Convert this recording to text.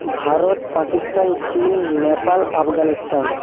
ভারত পাকিস্তান চীন নেপাল আফগানিস্তান